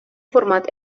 format